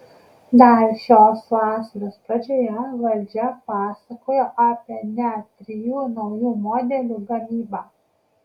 dar šios vasaros pradžioje valdžia pasakojo apie net trijų naujų modelių gamybą